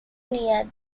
near